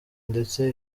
ndetse